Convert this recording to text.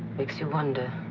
makes you wonder.